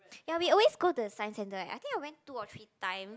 ya we always go the science centre eh I think I went two or three time